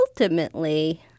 ultimately